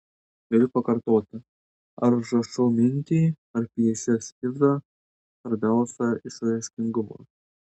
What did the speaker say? galiu pakartoti ar užrašau mintį ar piešiu eskizą svarbiausia išraiškingumas